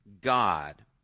God